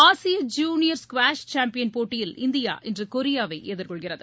ஆசிய junior squash champion போட்டியில் India இன்று கொரியாவை எதிர்கொள்கிறது